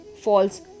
False